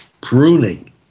pruning